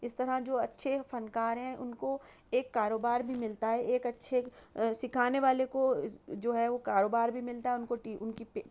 اِس طرح جو اچھے فنکار ہیں اُن کو ایک کاروبار بھی ملتا ہے ایک اچھے سکھانے والے کو جو ہے وہ کاروبار بھی ملتا ہے اُن کو ٹی اُن کی